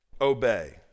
obey